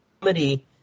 Comedy